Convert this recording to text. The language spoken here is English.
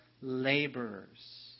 laborers